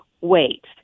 wait